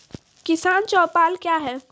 किसान चौपाल क्या हैं?